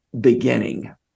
beginning